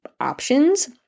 options